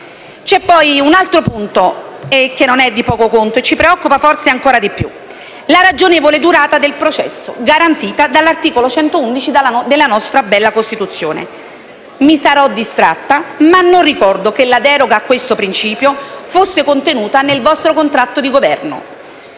C'è poi un altro punto, che non è di poco conto e ci preoccupa forse ancora di più: la ragionevole durata del processo, garantita dall'articolo 111 della nostra bella Costituzione. Mi sarò distratta, ma non ricordo che la deroga a questo principio fosse contenuta nel vostro contratto di Governo.